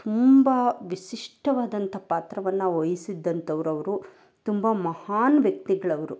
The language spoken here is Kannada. ತುಂಬ ವಿಶಿಷ್ಟವಾದಂತಹ ಪಾತ್ರವನ್ನು ವಹಿಸಿದಂಥವ್ರು ಅವರು ತುಂಬ ಮಹಾನ್ ವ್ಯಕ್ತಿಗಳು ಅವರು